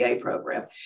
program